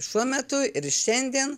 šiuo metu ir šiandien